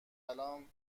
الان